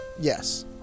yes